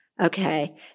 Okay